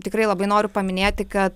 tikrai labai noriu paminėti kad